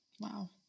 Wow